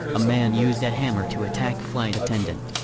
a man used a hammer to attack flight attendant,